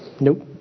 Nope